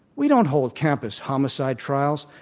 we don't hold campus homicide trials.